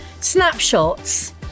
snapshots